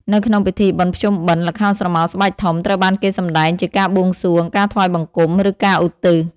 នៅក្នុងពិធីបុណ្យភ្ជុំបិណ្ឌ ល្ខោនស្រមោលស្បែកធំ ត្រូវបានគេសម្តែងជាការ បួងសួង ការថ្វាយបង្គំ ឬការឧទ្ទិស។